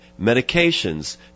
medications